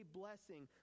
blessing